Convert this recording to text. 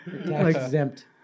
exempt